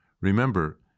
Remember